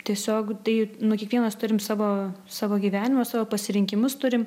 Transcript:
tiesiog tai nu kiekvienas turim savo savo gyvenimą savo pasirinkimus turim